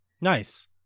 Nice